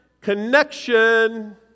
Connection